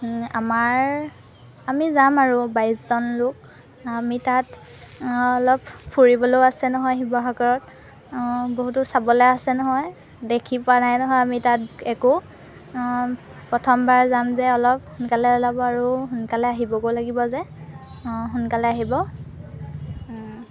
আমাৰ আমি যাম আৰু বাইছজন লোক আমি তাত অলপ ফুৰিবলৈও আছে নহয় শিৱসাগৰত বহুতো চাবলৈ আছে নহয় দেখি পোৱা নাই নহয় আমি তাত একো প্ৰথমবাৰ যাম যে অলপ সোনকালে ওলাব আৰু সোনকালে আহিবগো লাগিব যে সোনকালে আহিব